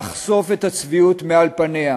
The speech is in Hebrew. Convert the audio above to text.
לחשוף את הצביעות שעל פניה.